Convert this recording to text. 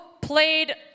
played